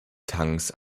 tanks